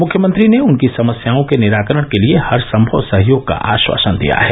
मुख्यमंत्री ने उनकी समस्याओं के निराकरण के लिए हरसमव सहयोग का आश्वासन दिया है